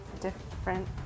different